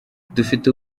dufite